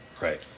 right